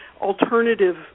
alternative